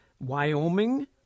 Wyoming